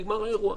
נגמר האירוע.